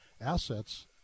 assets